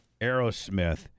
Aerosmith